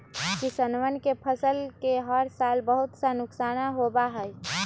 किसनवन के फसल के हर साल बहुत सा नुकसान होबा हई